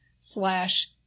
slash